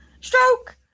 stroke